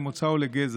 למוצא או לגזע.